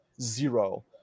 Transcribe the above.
Zero